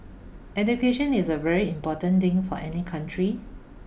education is a very important thing for any country